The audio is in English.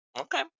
Okay